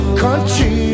country